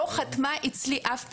לא חתמה אצלי אף פעם.